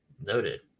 noted